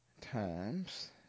times